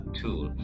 tool